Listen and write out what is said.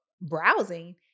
browsing